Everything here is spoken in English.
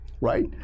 right